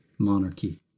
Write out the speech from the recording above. monarchy